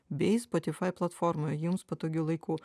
bei spotify platformoj jums patogiu laiku